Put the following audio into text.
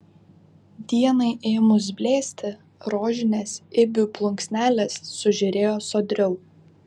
dienai ėmus blėsti rožinės ibių plunksnelės sužėrėjo sodriau